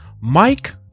Mike